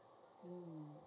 mm